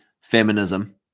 feminism